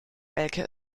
elke